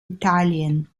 italien